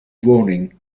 woning